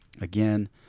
again